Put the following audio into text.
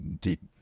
deep